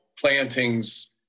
plantings